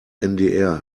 ndr